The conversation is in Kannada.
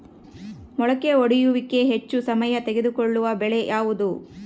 ಮೊಳಕೆ ಒಡೆಯುವಿಕೆಗೆ ಹೆಚ್ಚು ಸಮಯ ತೆಗೆದುಕೊಳ್ಳುವ ಬೆಳೆ ಯಾವುದು?